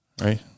right